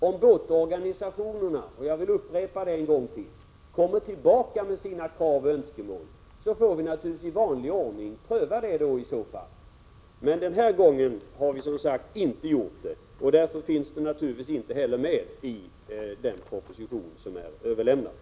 Om båtorganisationerna — jag vill upprepa det — kommer tillbaka med sina krav och önskemål, så får vi naturligtvis i vanlig ordning pröva dessa. Men den här gången har vi som sagt inte gjort det, och därför finns det förslaget givetvis inte heller med i den proposition som är framlagd.